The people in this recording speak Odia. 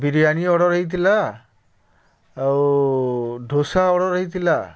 ବିରିୟାନୀ ଅର୍ଡ଼ର୍ ହେଇଥିଲା ଆଉ ଢୋସା ଅର୍ଡ଼ର୍ ହେଇଥିଲା